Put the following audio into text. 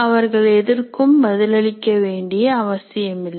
அவர்கள் எதற்கும் பதில் அளிக்க வேண்டிய அவசியம் இல்லை